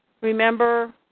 remember